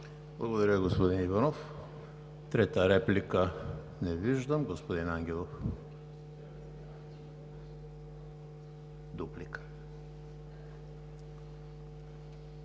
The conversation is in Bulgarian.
Благодаря, господин Иванов. Трета реплика? Не виждам. Господин Ангелов. ЮЛИАН